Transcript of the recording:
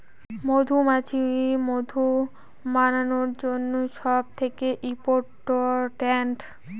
মধুমাছি মধু বানানোর জন্য সব থেকে ইম্পোরট্যান্ট